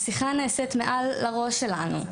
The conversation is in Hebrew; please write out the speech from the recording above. השיחה נעשית מעל לראש שלנו,